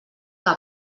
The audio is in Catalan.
que